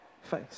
face